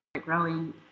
growing